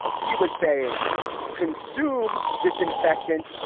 he was saying consume disinfectant,